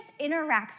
interacts